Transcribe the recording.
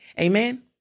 Amen